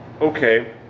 okay